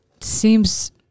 seems